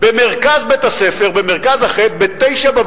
במרכז בית-הספר ב-09:00,